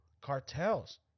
cartels